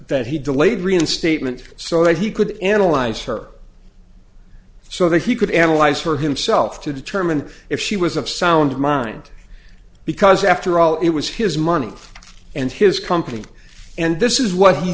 he delayed reinstatement so that he could analyze her so that he could analyze for himself to determine if she was of sound mind because after all it was his money and his company and this is what he